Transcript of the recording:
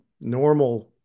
normal